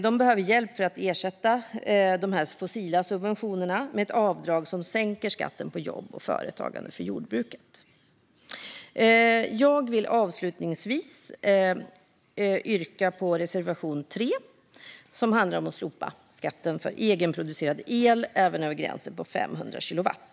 Det behöver hjälp för att ersätta de fossila subventionerna med ett avdrag som sänker skatten på jobb och företagande för jordbruket. Jag vill avslutningsvis yrka bifall till reservation 3, som handlar om att slopa skatten på egenproducerad el även över gränsen på 500 kilowatt.